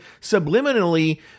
subliminally